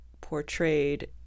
portrayed